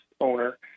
owner